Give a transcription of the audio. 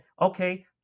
okay